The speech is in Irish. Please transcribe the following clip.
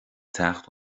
teacht